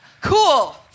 Cool